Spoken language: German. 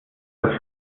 das